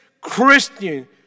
Christian